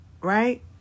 right